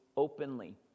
openly